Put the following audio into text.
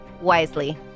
wisely